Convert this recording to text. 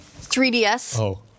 3ds